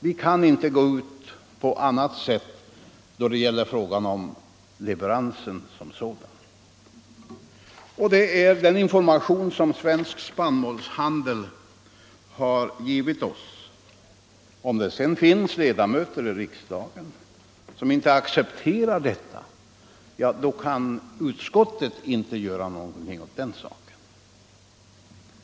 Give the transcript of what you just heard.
Vi kan inte gå ut på annat sätt och skaffa uppgifter då det gäller leveransen som sådan. Vi har redovisat den information som Svensk spannmålshandel har givit oss. Om det sedan finns ledamöter i riksdagen som inte accepterar detta, då kan utskottet inte göra någonting åt den saken.